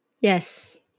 Yes